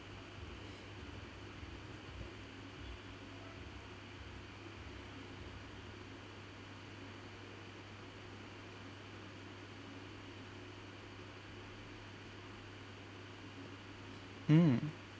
mm